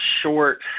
short